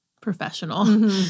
professional